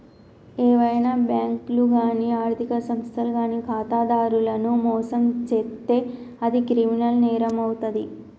ఏవైనా బ్యేంకులు గానీ ఆర్ధిక సంస్థలు గానీ ఖాతాదారులను మోసం చేత్తే అది క్రిమినల్ నేరమవుతాది